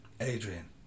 Adrian